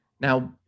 Now